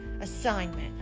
assignment